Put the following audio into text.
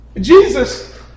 Jesus